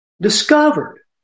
Discovered